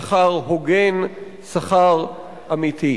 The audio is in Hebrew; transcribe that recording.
שכר הוגן, שכר אמיתי.